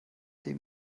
dem